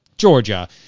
Georgia